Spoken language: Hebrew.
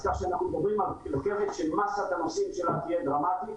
אז כך שאנחנו מדברים על כך שמסת הנוסעים שלה תהיה דרמטית.